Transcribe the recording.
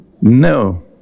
No